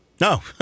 No